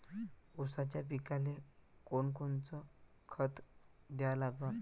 ऊसाच्या पिकाले कोनकोनचं खत द्या लागन?